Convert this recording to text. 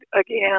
again